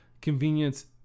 convenience